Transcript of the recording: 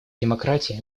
демократии